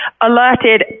alerted